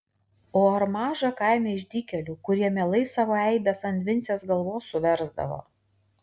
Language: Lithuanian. o ar maža kaime išdykėlių kurie mielai savo eibes ant vincės galvos suversdavo